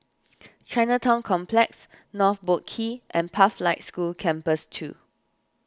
Chinatown Complex North Boat Quay and Pathlight School Campus two